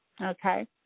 Okay